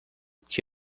que